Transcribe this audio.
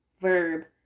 verb